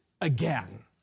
again